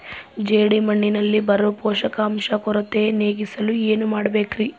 ಜೇಡಿಮಣ್ಣಿನಲ್ಲಿ ಬರೋ ಪೋಷಕಾಂಶ ಕೊರತೆ ನೇಗಿಸಲು ಏನು ಮಾಡಬೇಕರಿ?